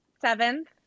seventh